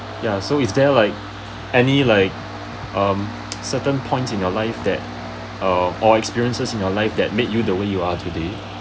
ya so is there like any like um certain points in your life that err or experiences in your life that make you the way you are today